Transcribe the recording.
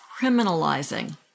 criminalizing